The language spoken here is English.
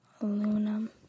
aluminum